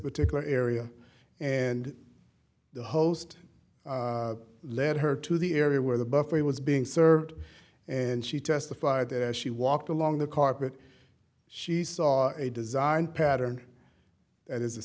particular area and the host led her to the area where the buffet was being served and she testified that as she walked along the carpet she saw a design pattern that is the